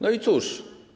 No i cóż?